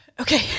Okay